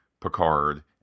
picard